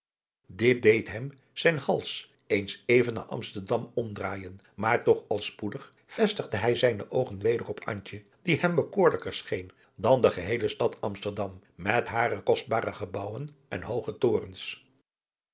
dit deed hem zijn hals eens even naar amsterdam omdraaijen maar toch al spoedig vestigde hij zijne oogen weder op antje die hem bekoorlijker scheen dan de geheele stad amsterdam met hare kostbare gebouwen en hooge torens